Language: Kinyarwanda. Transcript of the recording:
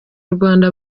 rwanda